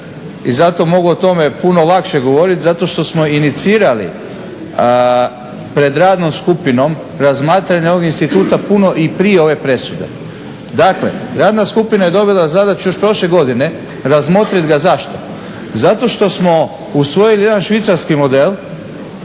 i zato mogu o tome puno lakše govoriti, zato što smo inicirali pred radnom skupinom razmatranje ovog instituta puno i prije ove presude. Dakle, radna skupina je dobila zadaću još prošle godine razmotriti ga, zašto? Zato što smo usvojili jedan švicarski model,